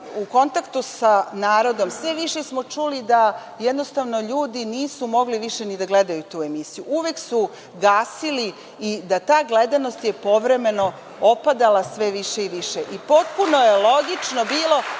u kontaktu sa narodom sve više smo čuli da jednostavno ljudi nisu mogli više ni da gledaju tu emisiju. Uvek su gasili i ta gledanost je povremeno opadala sve više i više i potpuno je logično bilo